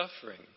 suffering